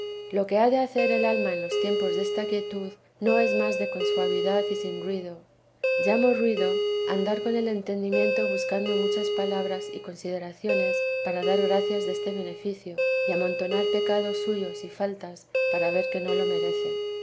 ha de hacer el alma en los tiempos desta quietud no es más de con suavidad y sin ruido llamo ruido andar con el entendimienio buscando muchas palabras y consideraciones para dar gracias deste beneficio y amontonar pecados suyos y faltas para ver que no lo merece